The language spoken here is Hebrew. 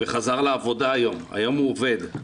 וחזר לעבודה היום, היום הוא עובד.